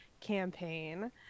campaign